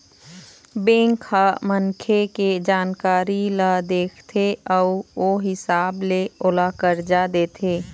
bank ह मनखे के जानकारी ल देखथे अउ ओ हिसाब ले ओला करजा देथे